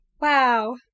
Wow